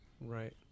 Right